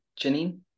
Janine